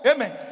Amen